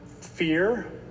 fear